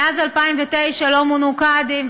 מאז 2009 לא מונו קאדים,